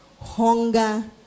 hunger